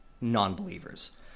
non-believers